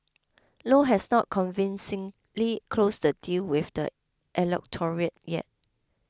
low has not convincingly closed the deal with the electorate yet